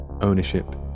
Ownership